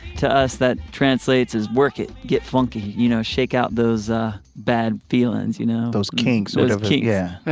to us, that translates as work it get funky, you know, shake out those ah bad feelings. you know, those kinks sort of kick yeah,